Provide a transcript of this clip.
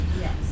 Yes